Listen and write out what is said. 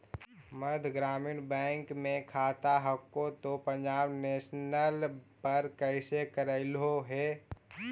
मध्य ग्रामीण मे खाता हको तौ पंजाब नेशनल पर कैसे करैलहो हे?